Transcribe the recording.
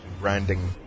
branding